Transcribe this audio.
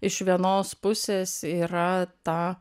iš vienos pusės yra ta